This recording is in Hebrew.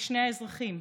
ושני האזרחים,